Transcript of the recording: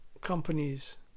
companies